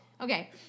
Okay